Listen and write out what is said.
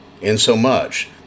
insomuch